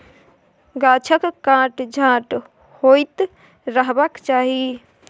गाछक काट छांट होइत रहबाक चाही